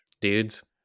Dudes